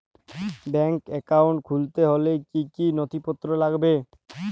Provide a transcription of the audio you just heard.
Bank account খুলতে হলে কি কি নথিপত্র লাগবে?